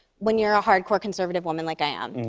when you're a hardcore conservative woman like i am,